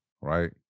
right